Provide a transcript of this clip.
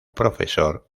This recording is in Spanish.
profesor